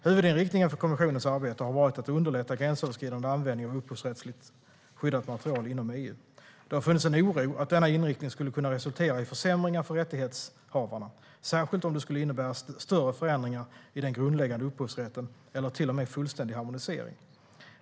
Huvudinriktningen för kommissionens arbete har varit att underlätta gränsöverskridande användning av upphovsrättsligt skyddat material inom EU. Det har funnits en oro att denna inriktning skulle kunna resultera i försämringar för rättighetshavarna, särskilt om det skulle innebära större förändringar i den grundläggande upphovsrätten eller till och med fullständig harmonisering.